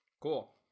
Cool